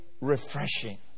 refreshing